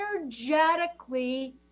energetically